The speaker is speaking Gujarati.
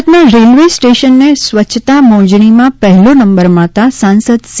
સુરતના રેલ્વે સ્ટેશનને સ્વચ્છતા મોજણીમાં પહેલો નંબર મળતાં સાંસદ સી